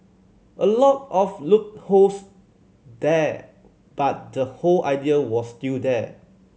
a lot of loopholes there but the whole idea was still there